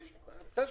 בסדר.